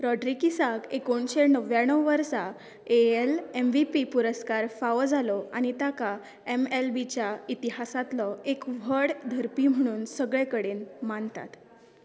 रॉड्रिगीसाक एकोणशे णव्या णव वर्सा A L M V P पुरस्कार फावो जालो आनी ताका एम एल बीच्या इतिहासातलो एक व्हड धरपी म्हणून सगळे कडेन मानतात